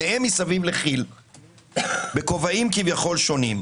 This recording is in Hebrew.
שניהם סביב כי"ל בכובעים שונים כביכול.